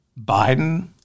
Biden